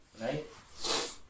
right